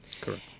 Correct